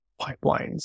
pipelines